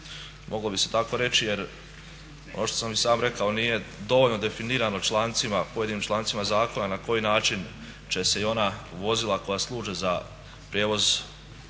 Moglo bi se tako reći jer ono što sam i sam rekao nije dovoljno definirano člancima, pojedinim člancima zakona na koji način će se i ona vozila koja služe za prijevoz